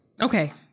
Okay